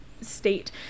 state